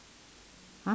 !huh!